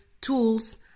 tools